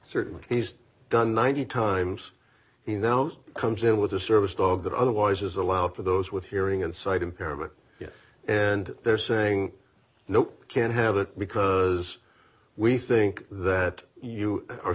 certainly he's done ninety times he now comes in with a service dog that otherwise is allowed for those with hearing and sight impairment yet and they're saying no you can't have it because we think that you are